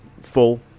full